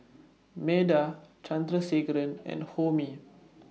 Medha Chandrasekaran and Homi